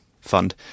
fund